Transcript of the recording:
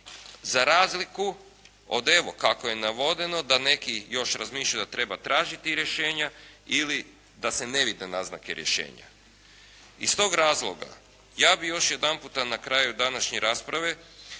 za razliku od evo, kako je navedeno da neki još razmišljaju da treba tražiti rješenja ili da se ne vide razlike rješenja. Iz tog razloga ja bih još jedanput na kraju današnje rasprave,